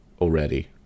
already